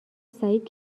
سعید